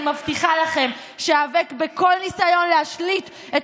אני מבטיחה לכם שאיאבק בכל ניסיון להשליט את